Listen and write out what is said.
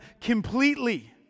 completely